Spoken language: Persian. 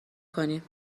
کنیم